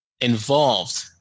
involved